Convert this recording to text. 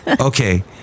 Okay